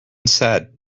sad